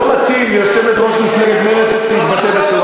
לא מתאים שיושבת-ראש מפלגת מרצ מתבטאת בצורה